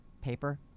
paper